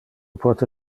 pote